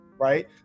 Right